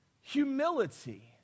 Humility